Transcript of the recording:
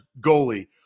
goalie